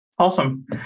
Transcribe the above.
Awesome